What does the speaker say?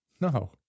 No